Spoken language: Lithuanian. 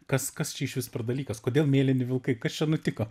kas kas čia išvis per dalykas kodėl mėlyni vilkai kad čia nutiko